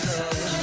love